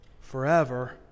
forever